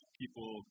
people